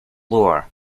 lower